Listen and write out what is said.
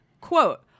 quote